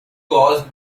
caused